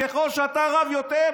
ככל שאתה רב יותר,